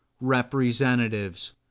representatives